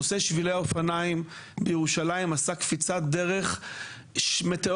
נושא שבילי האופניים בירושלים עשה קפיצת דרך מטאורית.